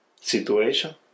situation